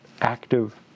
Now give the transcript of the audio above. active